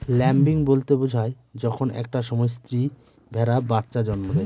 lambing বলতে বোঝায় যখন একটা সময় স্ত্রী ভেড়া বাচ্চা জন্ম দেয়